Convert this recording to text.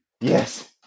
Yes